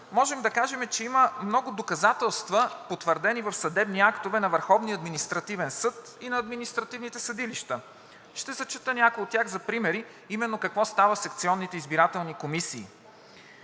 можем да кажем, че има много доказателства, потвърдени в съдебни актове на Върховния административен съд и на административните съдилища. Ще зачета някои от тях за примери, именно какво става в секционните избирателни комисии.